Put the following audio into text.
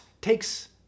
takes